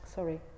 Sorry